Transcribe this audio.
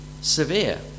severe